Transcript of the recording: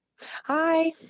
Hi